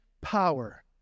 power